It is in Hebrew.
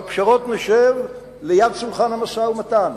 על פשרות נשב ליד שולחן המשא-ומתן.